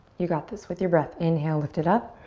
you got this with your breath. inhale, lift it up.